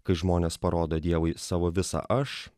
kad žmonės parodo dievui savo visą aš